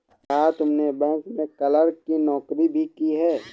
क्या तुमने बैंक में क्लर्क की नौकरी भी की है?